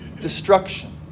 destruction